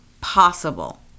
possible